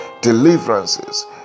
deliverances